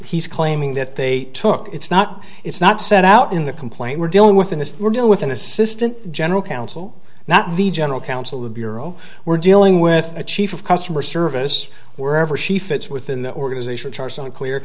he's claiming that they took it's not it's not set out in the complaint we're dealing with in this we're dealing with an assistant general counsel not the general counsel bureau we're dealing with a chief of customer service wherever she fits within the organizational charts unclear